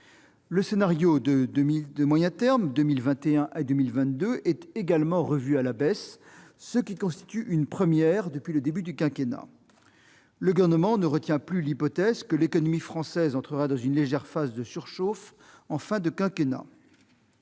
Le scénario de moyen terme, pour 2021 et 2022, est également revu à la baisse, ce qui constitue une première depuis le début du quinquennat. Le Gouvernement ne retient plus l'hypothèse que l'économie française entrerait dans une phase de légère « surchauffe » en fin de quinquennat.